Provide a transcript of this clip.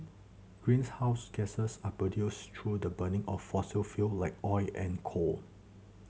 greens house gases are produced through the burning of fossil fuel like oil and coal